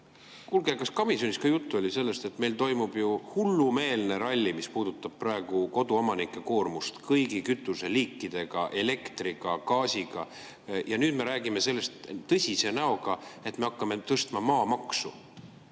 kuulge, kas komisjonis oli juttu ka sellest, et meil toimub ju hullumeelne ralli, mis puudutab praegu koduomanike koormust seoses kõigi kütuseliikidega, elektriga, gaasiga? Ja nüüd me räägime tõsise näoga, et me hakkame tõstma maamaksu!